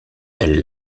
elle